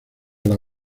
las